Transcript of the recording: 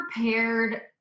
prepared